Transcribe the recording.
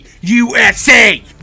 USA